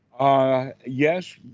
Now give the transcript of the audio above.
Yes